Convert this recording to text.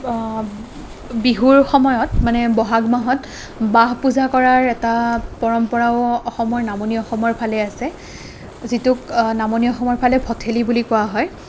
বিহুৰ সময়ত মানে বহাগ মাহত বাহ পূজা কৰাৰ এটা পৰম্পৰাও অসমৰ নামনি অসমৰ ফালে আছে যিটোক নামনি অসমৰ ফালে ভঠেলি বুলি কোৱা হয়